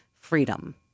freedom